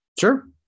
Sure